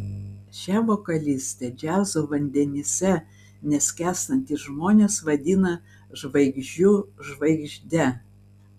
šią vokalistę džiazo vandenyse neskęstantys žmonės vadina žvaigždžių žvaigžde